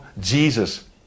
Jesus